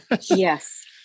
Yes